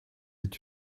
est